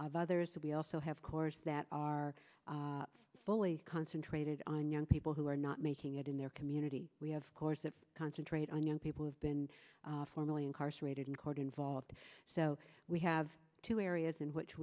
of others and we also have corps that are fully concentrated on young people who are not making it in their community we have course of concentrate on young people have been formerly incarcerated in court involved so we have two areas in which